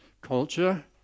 culture